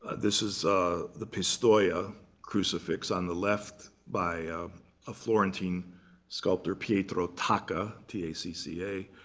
this is the pistoia crucifix on the left by a florentine sculptor, pietro tacca, t a c c a.